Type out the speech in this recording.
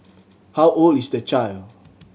how old is the child